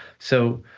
so,